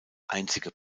einzige